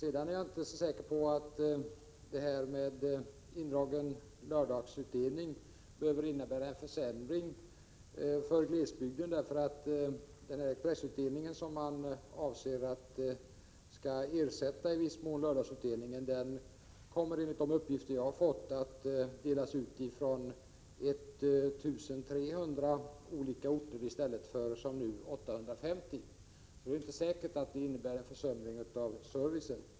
Jag är inte så säker på att indragningen av lördagsutdelningen behöver innebära en försämring för glesbygden, eftersom den expressutdelning som i viss mån skall ersätta lördagsutdelningen kommer, enligt de uppgifter jag har fått, att ske från 1 300 olika orter i stället för som nu från 850. Det är därför inte säkert att detta innebär en försämring av servicen.